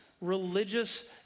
religious